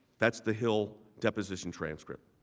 that's the hill the position transcript.